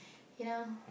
you know